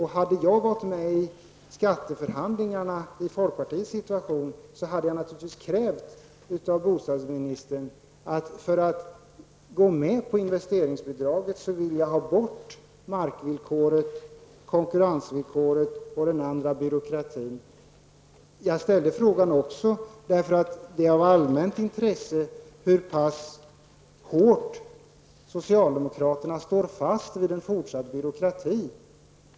Hade jag i folkpartiets situation varit med i skatteförhandlingarna, hade jag naturligtvis krävt av bostadsministern för att gå med på investeringsbidraget att man tog bort markvillkoret, konkurrensvillkoret och den andra byråkratin. Jag ställde också denna fråga eftersom det är av allmänt intresse att få reda på hur pass hårt socialdemokraterna står fast vid en fortsatt byråkrati.